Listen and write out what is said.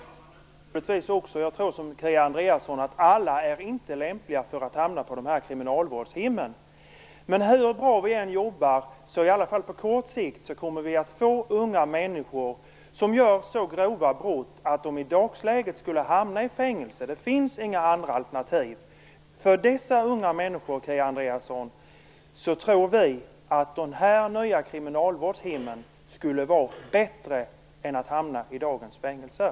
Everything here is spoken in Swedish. Herr talman! Det gör man naturligtvis också, och jag tror precis som Kia Andreasson att alla inte är lämpliga för att hamna på kriminalvårdshemmen. Men hur bra vi än jobbar så kommer vi, i alla fall på kort sikt, att få unga människor som begår så grova brott att de i dagsläget skulle hamna i fängelse. Det finns inga andra alternativ. För dessa unga människor tror vi, Kia Andreasson, att de här nya kriminalvårdshemmen skulle vara bättre än dagens fängelser.